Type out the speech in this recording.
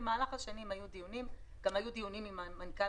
במהלך השנים היו דיונים וגם היו דיונים עם המנכ"ל